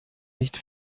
nicht